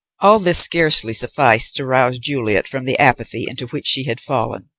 all this scarcely sufficed to rouse juliet from the apathy into which she had fallen.